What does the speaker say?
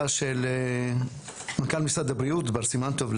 של מנכ"ל משרד הבריאות בר סימן טוב,